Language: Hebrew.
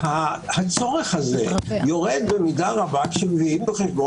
הצורך הזה יורד במידה רבה כאשר מביאים בחשבון